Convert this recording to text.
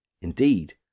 indeed